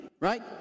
right